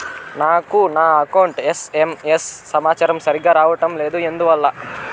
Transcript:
నాకు నా account SMS సమాచారము సరిగ్గా రావడం లేదు ఎందువల్ల?